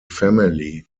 family